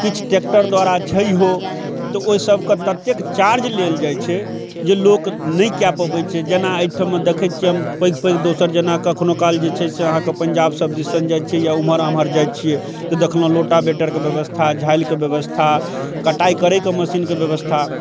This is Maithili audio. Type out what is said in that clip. किछु ट्रेक्टर द्वारा छहियो तऽ ओइ सबके ततेक चार्ज लेल जाइ छै जे लोक नहि कए पाबै छै जेना अइठममे देखै छियै हम पैघ पैघ दोसर जेना कखनो काल जे छै से अहाँके पंजाब सब दिसन जाइ छियै या एमहर ओमहर जाइ छियै तऽ देखलहुँ लोटाबेटरके व्यवस्था झालिके व्यवस्था कटाइ करयके मशीनके व्यवस्था